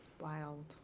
Wild